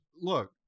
look